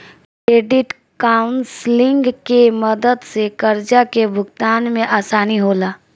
credit counselling के मदद से कर्जा के भुगतान में आसानी होला